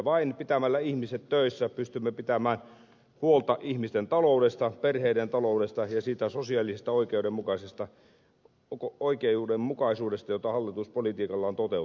vain pitämällä ihmiset töissä pystymme pitämään huolta ihmisten taloudesta perheiden taloudesta ja siitä sosiaalisesta oikeudenmukaisuudesta jota hallitus politiikallaan toteuttaa